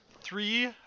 Three